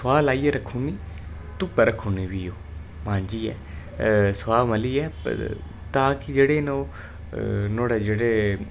सोआह् लाइयै रक्खी उड़नी धुप्पै रक्खू उड़ने फ्ही ओह् मांजियै सोआह् मलियै तां कि जेह्ड़े न नुहाड़े जेह्ड़े